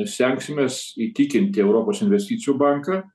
stengsimės įtikinti europos investicijų banką